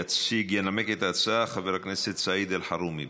ינמק את ההצעה חבר הכנסת סעיד אלחרומי.